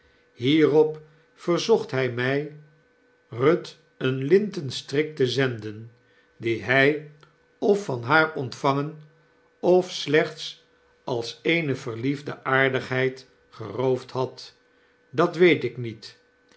hierop verzocht hy my ruth een lint en strik te zenden die hij of van haar ontvangen of slechts als eene verliefde aardigheid geroofd had dat weet ik niet